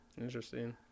Interesting